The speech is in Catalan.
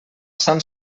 sant